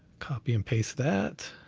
copy, and paste that,